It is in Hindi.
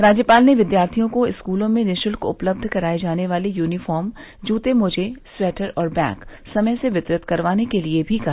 राज्यपाल ने विद्यार्थियों को स्कूलों में निःशुल्क उपलब्ध कराये जाने वाली यूनीफार्म जूते मोजे स्वेटर और बैग समय से वितरित करवाने के लिए भी कहा